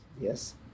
Yes